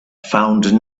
found